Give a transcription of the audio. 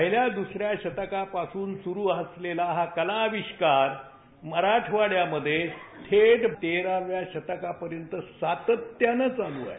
पहिल्या द्रसऱ्या शतकापासून सूरू असलेला हा कलाविष्कार मराठवाड्यामध्ये थेट तेराव्या शेतकापर्यंत सातत्याने चालू आहे